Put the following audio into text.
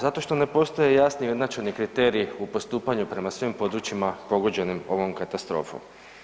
Zato što ne postoje jasni i ujednačeni kriteriji u postupanju prema svim područjima pogođeni ovom katastrofom?